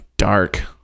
dark